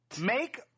make